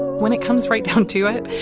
when it comes right down to it,